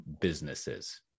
businesses